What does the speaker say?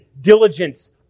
diligence